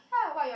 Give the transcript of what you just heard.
ya what your